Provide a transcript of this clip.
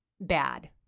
bad